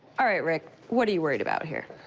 all right, rick, what are you worried about here?